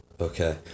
Okay